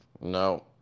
No